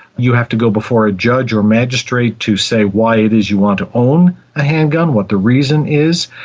you have to go before a judge or magistrate to say why it is you want to own a handgun, what the reason is.